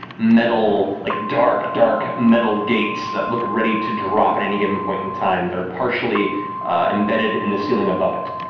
metal, like dark, dark metal gates that look ready to drop at any given point in time. they're partially embedded in the ceiling above it.